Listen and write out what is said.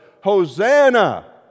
Hosanna